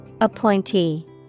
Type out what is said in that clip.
Appointee